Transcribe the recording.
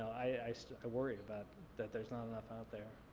i so worry about that there's not enough out there.